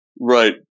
Right